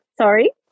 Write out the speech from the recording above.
Sorry